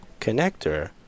Connector